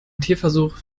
tierversuch